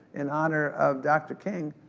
in honor of dr. king,